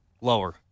Lower